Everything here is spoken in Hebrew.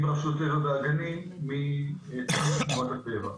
רשות הטבע והגנים ועם מועצת שמורות הטבע.